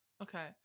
Okay